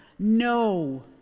No